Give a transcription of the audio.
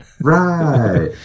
right